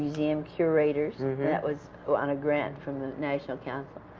museum curators. that was on a grant from the national council.